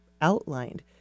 outlined